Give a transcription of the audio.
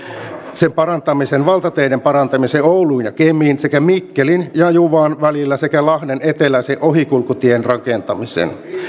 sen parantamisen valtateiden parantamisen oulun ja kemin sekä mikkelin ja juvan välillä sekä lahden eteläisen ohikulkutien rakentamisen